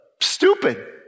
stupid